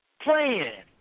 playing